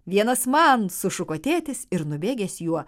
vienas man sušuko tėtis ir nubėgęs juo